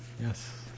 Yes